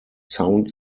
sound